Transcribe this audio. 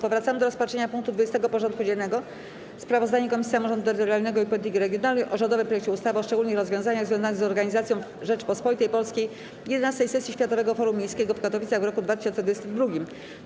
Powracamy do rozpatrzenia punktu 20. porządku dziennego: Sprawozdanie Komisji Samorządu Terytorialnego i Polityki Regionalnej o rządowym projekcie ustawy o szczególnych rozwiązaniach związanych z organizacją w Rzeczypospolitej Polskiej XI sesji Światowego Forum Miejskiego w Katowicach w roku 2022.